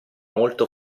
molto